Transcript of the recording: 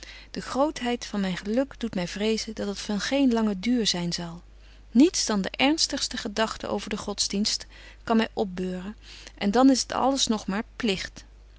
de grootheid van myn geluk doet my vrezen dat het van geen langen duur zyn zal niets dan de ernstigste gedagten over den godsdienst kan my opbeuren en dan is het alles nog maar pligt